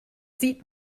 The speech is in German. sieht